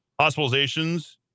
Hospitalizations